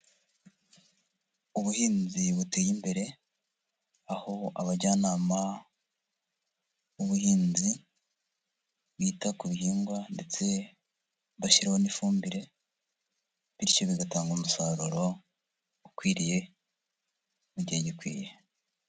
Ubuhinzi buteye imbere aho abajyanama b'ubuhinzi bita ku bihingwa ndetse bashyiraho n'ifumbire, bityo bigatanga umusaruro ukwiriye mu gihe gikwiye.